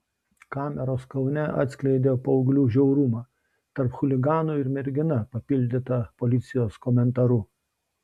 kameros kaune atskleidė paauglių žiaurumą tarp chuliganų ir mergina papildyta policijos komentaru